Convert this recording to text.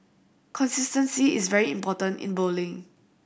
consistency is very important in bowling